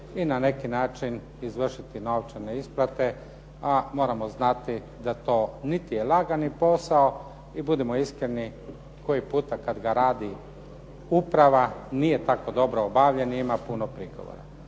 i na neki način izvršiti novčane isplate, a moramo znati da to niti je lagani posao, i budimo iskreni, koji puta kad ga radi uprava nije tako dobro obavljen, ima puno prigovora.